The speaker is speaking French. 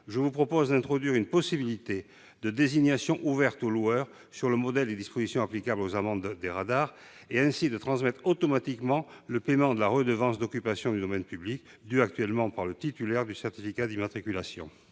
je vous propose d'introduire une possibilité de désignation ouverte aux loueurs, sur le modèle des dispositions applicables aux amendes des radars, et ainsi de transmettre automatiquement le paiement de la redevance d'occupation du domaine public, due actuellement par le titulaire du certificat d'immatriculation.